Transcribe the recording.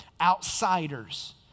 outsiders